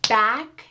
back